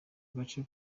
gace